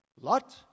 Lot